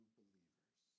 believers